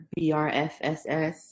BRFSS